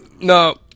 No